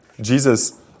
Jesus